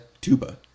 Tuba